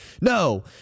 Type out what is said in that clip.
no